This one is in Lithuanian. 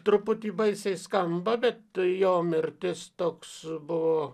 truputį baisiai skamba bet jo mirtis toks buvo